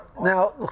Now